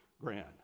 Grand